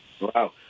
Wow